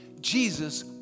Jesus